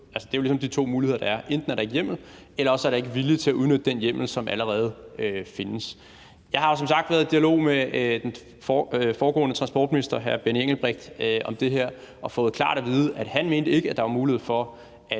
ligesom de to muligheder, der er, for enten er der ikke hjemmel, eller også er der ikke vilje til at udnytte den hjemmel, der allerede findes. Jeg har som sagt været i dialog med den foregående transportminister hr. Benny Engelbrecht om det her og fået klart at vide, at han ikke mente, at der var mulighed for